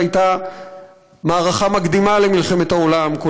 שהייתה מערכה מקדימה למלחמת העולם,